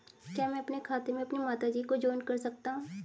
क्या मैं अपने खाते में अपनी माता जी को जॉइंट कर सकता हूँ?